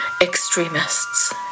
extremists